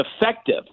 effective